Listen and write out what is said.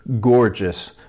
gorgeous